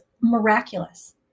miraculous